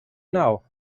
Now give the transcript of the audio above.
now